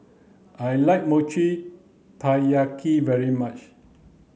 I like Mochi Taiyaki very much